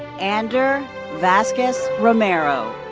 ander vasquez romero.